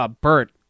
Bert